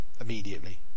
Immediately